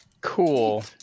cool